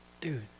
dude